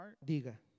Diga